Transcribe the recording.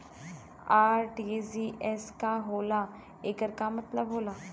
RTGS का होला एकर का मतलब होला?